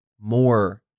more